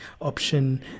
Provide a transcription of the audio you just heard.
option